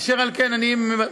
אשר על כן, אני מציע